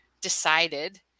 decided